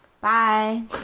Bye